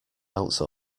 ounce